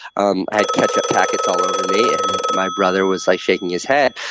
um had ketchup packets all over me, and my brother was like shaking his head.